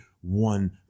one